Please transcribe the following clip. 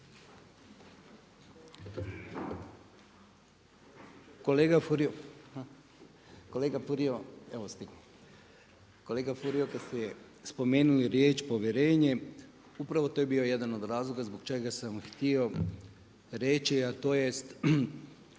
Kolega Furio kad ste spomenuli riječ povjerenje upravo to je bio jedan od razloga zbog čega sam htio reći, a tj.